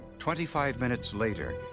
twenty five minutes later,